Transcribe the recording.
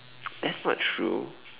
that's not true